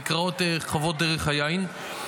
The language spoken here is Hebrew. הן נקראות חוות דרך היין,